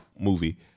movie